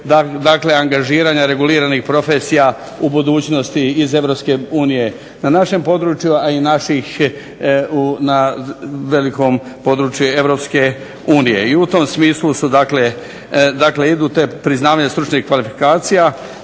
dakle angažiranja reguliranih profesija u budućnosti iz EU na našem području, a i naših na velikom području EU. I u tom smislu su dakle, dakle idu te priznavanje stručnih kvalifikacija